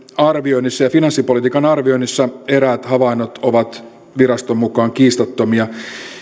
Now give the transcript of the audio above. arvioinnissa ja finanssipolitiikan arvioinnissa eräät havainnot ovat viraston mukaan kiistattomia